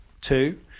two